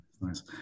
Nice